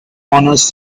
honors